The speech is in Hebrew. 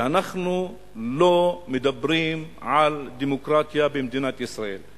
היא שאנחנו לא מדברים על דמוקרטיה במדינת ישראל.